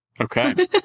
Okay